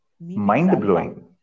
Mind-blowing